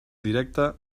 directe